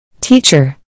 Teacher